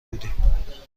بودیم